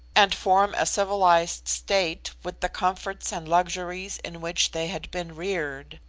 and form a civilised state with the comforts and luxuries in which they had been reared.